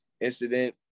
incident